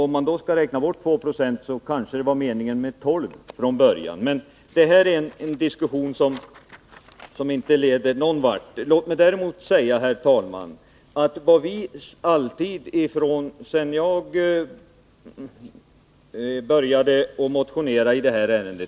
Om man har räknat bort 2 96, var det kanske från början meningen att det skulle vara 12. Men detta är en diskussion som inte leder någonvart. Låt mig, herr talman, klargöra vad som varit det bärande skälet för mig sedan jag började motionera i detta ärende.